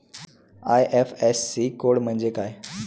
IFSC code म्हणजे काय?